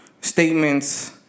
statements